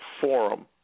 Forum